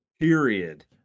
period